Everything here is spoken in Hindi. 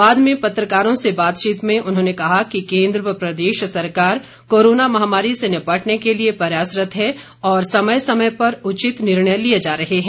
बाद में पत्रकारों से बातचीत में उन्होंने कहा कि केन्द्र व प्रदेश सरकार कोरोना महामारी से निपटने के लिए प्रयासरत है और समय समय पर उचित निर्णय लिए जा रहे हैं